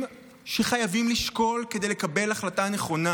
שחייבים לשקול כדי לקבל החלטה נכונה,